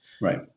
Right